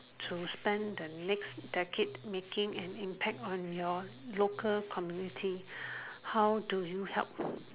to spend the next decade making an impact on your local community how do you help